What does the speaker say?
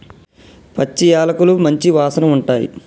పచ్చి యాలకులు మంచి వాసన ఉంటాయి